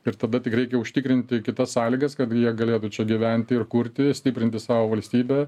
ir tada tik reikia užtikrinti kitas sąlygas kad jie galėtų čia gyventi ir kurti stiprinti savo valstybę